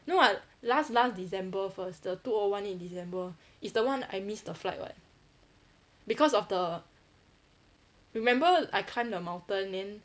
no [what] last last december first the two O one eight december it's the one I missed the flight [what] because of the remember I climb the mountain then